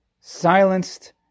silenced